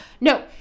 no